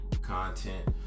content